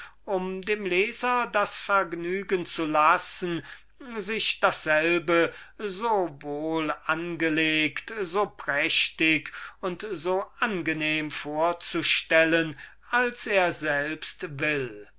um dem leser das vergnügen zu lassen sich dasselbe so wohlangelegt so prächtig und so angenehm vorzustellen als er selbst es will